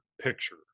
picture